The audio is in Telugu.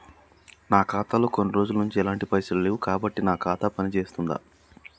నా ఖాతా లో కొన్ని రోజుల నుంచి ఎలాంటి పైసలు లేవు కాబట్టి నా ఖాతా పని చేస్తుందా?